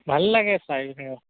ভাল লাগে চাৰ